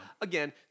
again